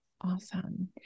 Awesome